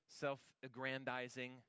self-aggrandizing